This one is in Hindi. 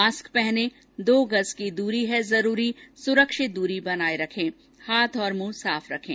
मास्क पहनें दो गज़ की दूरी है जरूरी सुरक्षित दूरी बनाए रखें हाथ और मुंह साफ रखें